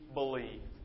believe